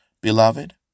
beloved